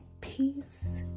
peace